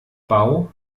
bau